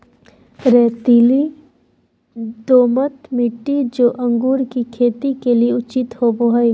रेतीली, दोमट मिट्टी, जो अंगूर की खेती के लिए उचित होवो हइ